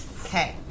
Okay